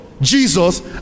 jesus